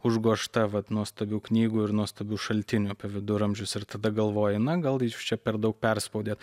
užgožta vat nuostabių knygų ir nuostabių šaltinių apie viduramžius ir tada galvoji na gal jūs čia per daug perspaudėt